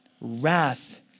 wrath